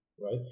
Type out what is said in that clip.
right